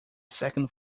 second